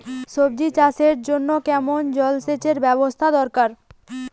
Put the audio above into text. সবজি চাষের জন্য কেমন জলসেচের ব্যাবস্থা দরকার?